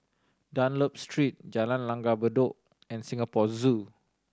Dunlop Street Jalan Langgar Bedok and Singapore Zoo